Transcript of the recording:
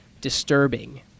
disturbing